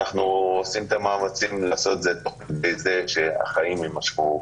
ואנחנו עושים את המאמצים לעשות את זה תוך כדי זה שהחיים יימשכו.